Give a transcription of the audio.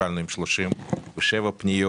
התחלנו עם 37 פניות,